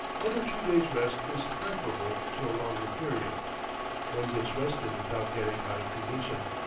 one or two days' rest is preferable to a longer period one gets rested without getting out of condition.